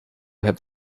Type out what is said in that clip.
have